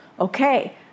okay